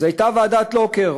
אז הייתה ועדת לוקר.